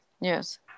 Yes